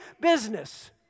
business